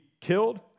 killed